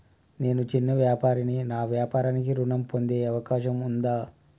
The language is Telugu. నేను చిన్న వ్యాపారిని నా వ్యాపారానికి ఋణం పొందే అవకాశం ఉందా?